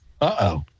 Uh-oh